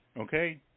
Okay